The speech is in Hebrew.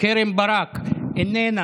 קרן ברק איננה,